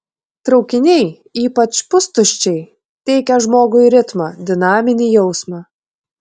traukiniai ypač pustuščiai teikia žmogui ritmą dinaminį jausmą